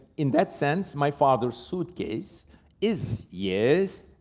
in that sense, my father's suitcase is yes,